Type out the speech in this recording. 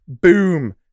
boom